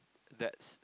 that's